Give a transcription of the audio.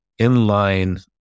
inline